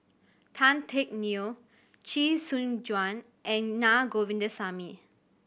Tan Teck Neo Chee Soon Juan and Na Govindasamy